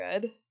good